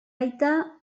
aita